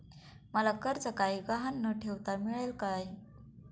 मला कर्ज काही गहाण न ठेवता मिळेल काय?